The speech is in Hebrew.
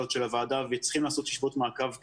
הזאת של הוועדה וצריכים לעשות ישיבות מעקב כאלה,